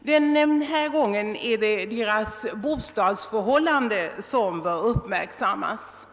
Denna gång är det deras bostadsförhållanden som bör uppmärksammas.